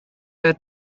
der